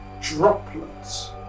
droplets